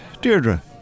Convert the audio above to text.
Deirdre